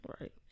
right